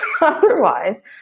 otherwise